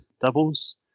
doubles